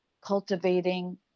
cultivating